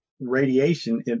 radiation